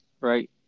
right